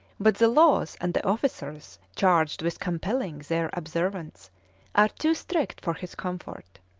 but the laws and the officers charged with compelling their observance are too strict for his comfort.